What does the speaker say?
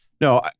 No